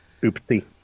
Oopsie